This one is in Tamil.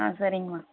ஆ சரிங்கம்மா